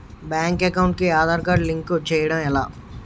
Bank account కి Aadhaar card link చేయడం ఎలా?